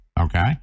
okay